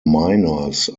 minors